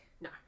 No